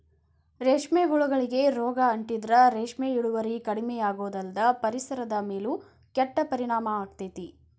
ರೇಷ್ಮೆ ಹುಳಗಳಿಗೆ ರೋಗ ಅಂಟಿದ್ರ ರೇಷ್ಮೆ ಇಳುವರಿ ಕಡಿಮಿಯಾಗೋದಲ್ದ ಪರಿಸರದ ಮೇಲೂ ಕೆಟ್ಟ ಪರಿಣಾಮ ಆಗ್ತೇತಿ